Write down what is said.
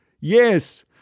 Yes